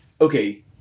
Okay